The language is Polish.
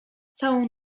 całą